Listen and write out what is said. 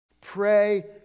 Pray